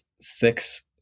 six